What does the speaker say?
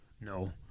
No